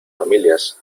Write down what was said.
familias